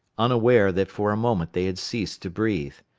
unaware that for a moment they had ceased to breathe.